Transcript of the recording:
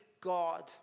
God